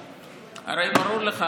הרי ברור לך,